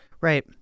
Right